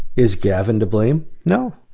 is gavin to blame? no.